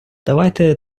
давайте